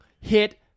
hit